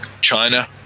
China